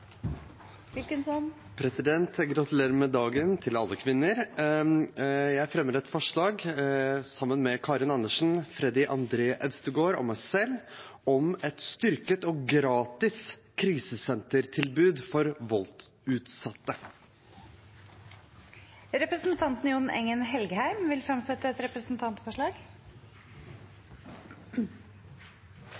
Gratulerer med dagen til alle kvinner! På vegne av representantene Karin Andersen, Freddy André Øvstegård og meg selv fremmer jeg et forslag om et styrket og gratis krisesentertilbud for voldsutsatte. Representanten Jon Engen-Helgheim vil fremsette et representantforslag.